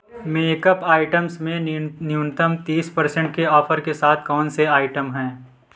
makeup items में न्यून न्यूनतम तीस पर्सेंट के ऑफर के साथ कौन से आइटम हैं